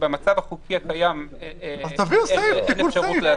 במצב החוקי הקיים אין אפשרות.